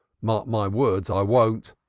mark my words i won't,